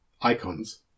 icons